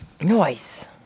Nice